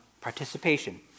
participation